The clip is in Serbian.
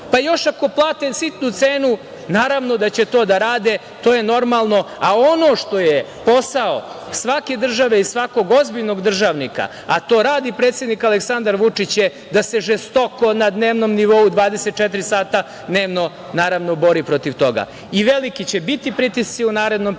pa još ako plate sitnu cenu, naravno da će to da rade. To je normalno, a ono što je posao svake države i svakog ozbiljnog državnika, a to radi predsednik Aleksandar Vučić je da se žestoko, na dnevnom nivou, 24 sata dnevno, naravno, bori protiv toga. Veliki će biti pritisci u narednom periodu.